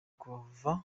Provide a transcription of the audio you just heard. kuva